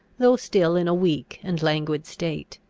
though still in a weak and languid state.